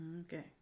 Okay